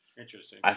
Interesting